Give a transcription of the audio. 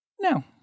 now